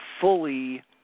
fully